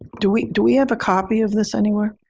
do we do we have a copy of this anywhere?